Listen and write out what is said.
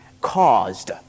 caused